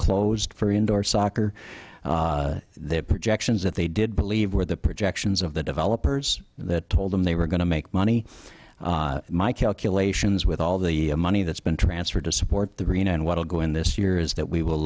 closed for indoor soccer their projections that they did believe were the projections of the developers that told them they were going to make money my calculations with all the money that's been transferred to support the arena and what i'm going this year is that we will